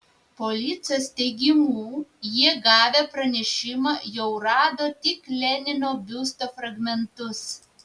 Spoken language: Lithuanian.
policijos teigimu jie gavę pranešimą jau rado tik lenino biusto fragmentus